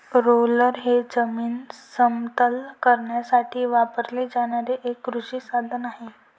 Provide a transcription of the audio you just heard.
roller हे जमीन समतल करण्यासाठी वापरले जाणारे एक कृषी साधन आहे